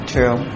True